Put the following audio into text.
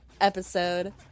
episode